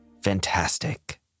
Fantastic